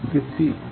किसी एक